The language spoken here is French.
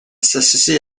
s’associe